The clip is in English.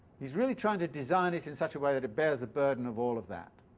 he's really trying to design it in such a way that it bears the burden of all of that,